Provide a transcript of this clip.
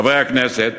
חברי כנסת,